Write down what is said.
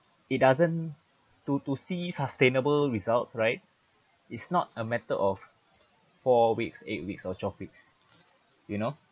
it doesn't to to see sustainable results right it's not a matter of four weeks eight weeks or twelve weeks you know